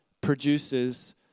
produces